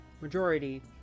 majority